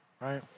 right